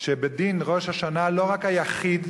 שבדין ראש השנה לא רק היחיד